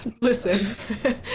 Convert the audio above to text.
Listen